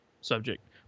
subject